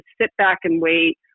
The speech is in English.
sit-back-and-wait